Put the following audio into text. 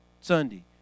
Sunday